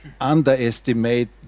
underestimate